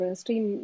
stream